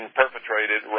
perpetrated